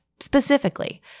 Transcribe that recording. Specifically